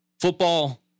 football